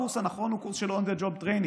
הקורס הנכון הוא קורס של on the job training.